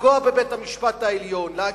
לפגוע בבית-המשפט העליון, להגיד: